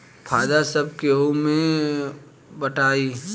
फायदा सब केहू मे बटाई